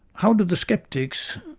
how do the sceptics,